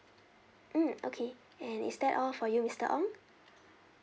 mm okay and is that all for you mister ong